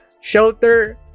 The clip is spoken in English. shelter